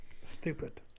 Stupid